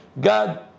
God